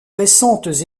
récentes